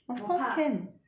我怕